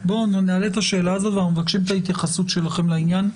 נעלה את השאלה הזאת ונבקש את ההתייחסות שלכם לעניין.